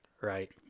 Right